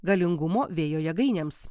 galingumo vėjo jėgainėms